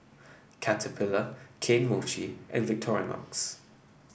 Caterpillar Kane Mochi and Victorinox